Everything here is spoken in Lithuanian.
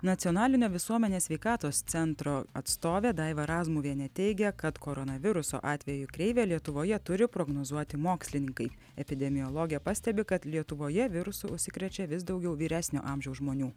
nacionalinio visuomenės sveikatos centro atstovė daiva razmuvienė teigia kad koronaviruso atvejų kreivę lietuvoje turi prognozuoti mokslininkai epidemiologė pastebi kad lietuvoje virusu užsikrečia vis daugiau vyresnio amžiaus žmonių